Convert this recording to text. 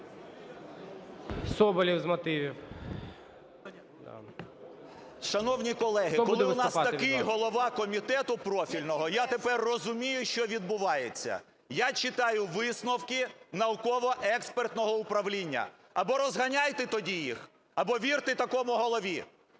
СОБОЛЄВ С.В. Шановні колеги, коли у нас такий голова комітету профільного, я тепер розумію, що відбувається. Я читаю висновки науково-експертного управління. Або розганяйте тоді їх, або вірте такому голові.